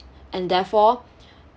and therefore